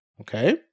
okay